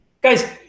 Guys